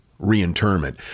reinterment